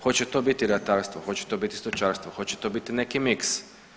Hoće to biti ratarstvo, hoće to biti stočarstvo, hoće to biti neki miks.